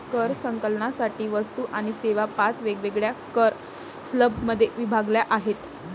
कर संकलनासाठी वस्तू आणि सेवा पाच वेगवेगळ्या कर स्लॅबमध्ये विभागल्या आहेत